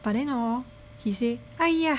but then hor he say !aiya!